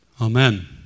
Amen